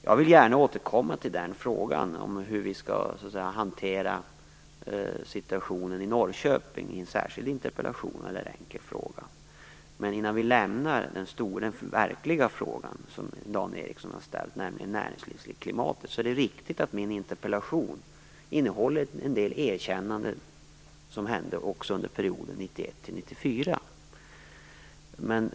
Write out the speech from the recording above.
Jag vill gärna återkomma till frågan om hur vi skall hantera situationen i Norrköping i en särskild interpellation eller fråga. Men innan vi lämnar den verkliga frågan som Dan Ericsson har ställt om näringslivsklimatet, är det riktigt att mitt interpellationssvar innehåller en del erkännanden av det som hände under perioden 1991-1994.